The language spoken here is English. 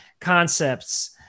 concepts